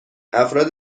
افراد